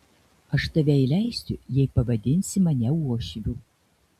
aš tave įleisiu jei pavadinsi mane uošviu